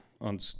on